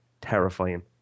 terrifying